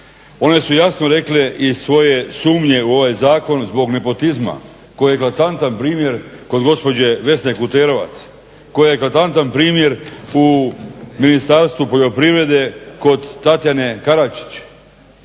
one su jasno rekle i svoje sumnje u ovaj zakon zbog nepotizma koji je eklatantan primjer kod gospođe Vesne Kuterovac, koji je eklatantan primjer u Ministarstvu poljoprivrede kod Tatjane Karačić.